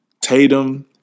Tatum